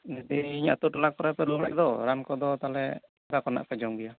ᱡᱩᱫᱤ ᱟᱛᱳ ᱴᱚᱞᱟ ᱠᱚᱨᱮᱯᱮ ᱨᱩᱭᱟᱹᱜ ᱫᱚ ᱨᱟᱱ ᱠᱚᱫᱚ ᱛᱟᱦᱚᱞᱮ ᱚᱠᱟ ᱠᱷᱚᱱᱟᱜ ᱯᱮ ᱡᱚᱢ ᱜᱮᱭᱟ